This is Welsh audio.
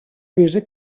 fiwsig